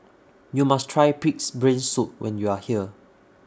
YOU must Try Pig'S Brain Soup when YOU Are here